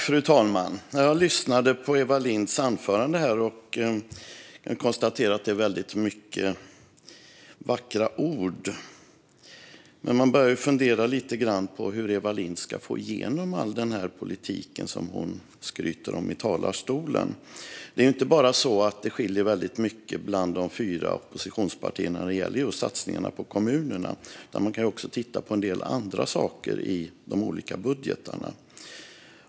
Fru talman! Jag lyssnade på Eva Lindhs anförande. Det var väldigt mycket vackra ord. Men man börjar fundera lite på hur Eva Lindh ska få igenom all den politik som hon skryter om i talarstolen. Det är ju inte bara så att det skiljer mycket mellan de fyra oppositionspartierna när det gäller just satsningarna på kommunerna. Man kan också titta på en del andra saker i de olika budgetarna.